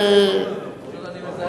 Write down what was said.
לא,